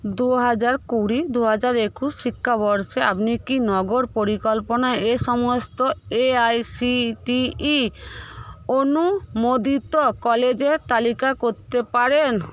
দু হাজার কুড়ি দু হাজার একুশ শিক্ষাবর্ষে আপনি কি নগর পরিকল্পনা এ সমস্ত এআইসিটিই অনুমোদিত কলেজের তালিকা করতে পারেন